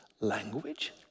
language